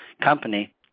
company